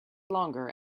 longer